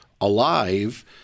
alive